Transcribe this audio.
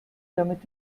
damit